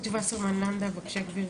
רות וסרמן לנדה, בבקשה גברתי.